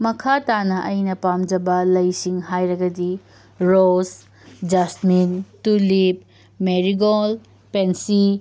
ꯃꯈꯥ ꯇꯥꯅ ꯑꯩꯅ ꯄꯥꯝꯖꯕ ꯂꯩꯁꯤꯡ ꯍꯥꯏꯔꯒꯗꯤ rose jasmine tulip marigold pansy